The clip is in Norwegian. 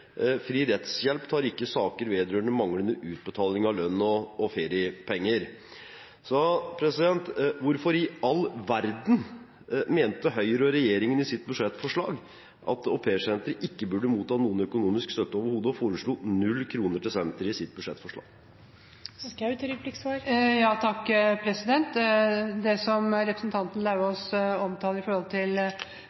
fri rettshjelp tar ikke saker vedrørende manglende utbetaling av lønn og feriepenger. Hvorfor i all verden mente Høyre og regjeringen i sitt budsjettforslag at Au Pair Center ikke burde motta noen økonomisk støtte overhodet, og foreslo null kroner til senteret? Det som representanten